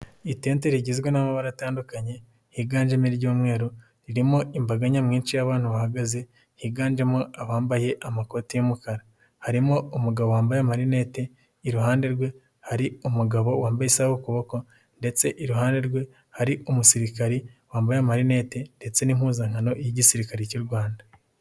Itente rigizwe n'amabara atandukanye higanjemo iry'mweru, ririmo imbaga nyamwinshi y'abantu bahagaze, higanjemo abambaye amakoti y'umukara. Harimo umugabo wambaye amarinete iruhande rwe hari umugabo wambaye isaha k'ukuboko ndetse iruhande rwe hari umusirikare wambaye amarinete ndetse n'impuzankano y'igisirikare cy'u Rwanda.